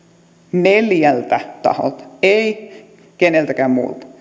neljältä taholta ei keneltäkään muulta